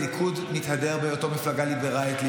הליכוד מתהדר בהיותו מפלגה ליברלית.